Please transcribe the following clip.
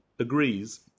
agrees